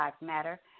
Matter